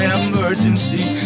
emergency